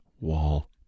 wall